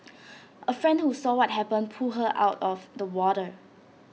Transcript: A friend who saw what happened pulled her out of the water